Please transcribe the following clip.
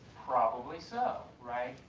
probably so, right.